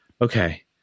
okay